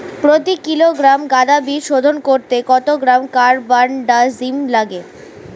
প্রতি কিলোগ্রাম গাঁদা বীজ শোধন করতে কত গ্রাম কারবানডাজিম লাগে?